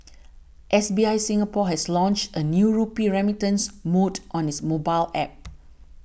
S B I Singapore has launched a new rupee remittance mode on its mobile App